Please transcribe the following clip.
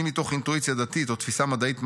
אם מתוך אינטואיציה דתית או תפיסה מדעית מעמיקה,